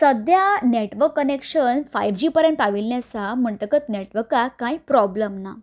सद्या network connection five G मेरेन पाविल्लें आसा म्हणटकच नेटवर्काक कांय प्रोब्लेम ना